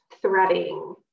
threading